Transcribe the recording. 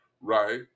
right